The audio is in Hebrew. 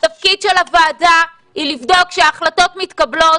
התפקיד של הוועדה היא לבדוק שהחלטות מתקבלות